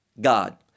God